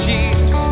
Jesus